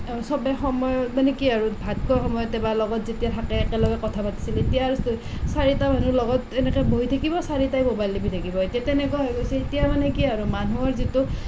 চবে সময়ত মানে কি আৰু ভাত খোৱা সময়তে যেতিয়া থাকে একেলগে কথা পাতিছিল এতিয়া আৰু চা চাৰিটা মানুহ লগত এনেকৈ বহি থাকিব চাৰিটাই মোবাইল টিপি থাকিব এতিয়া তেনেকুৱা হৈ গৈছে এতিয়া মানে কি আৰু মানুহৰ যিটো